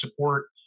support